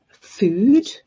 food